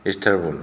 Istanbul